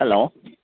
hello